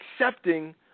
accepting